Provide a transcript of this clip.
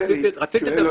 שפלי,